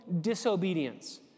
disobedience